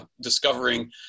discovering